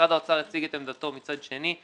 משרד האוצר הציג את עמדתו מצד שני.